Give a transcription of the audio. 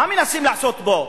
מה מנסים לעשות פה?